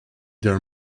their